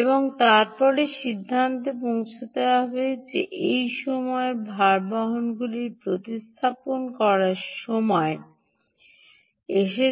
এবং তারপরে সিদ্ধান্তে পৌঁছাতে হবে যে এই সময়ের ভারবহনগুলির প্রতিস্থাপন করার সময় এসেছে